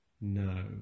no